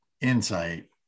insight